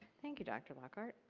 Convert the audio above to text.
thank you, dr. lockard.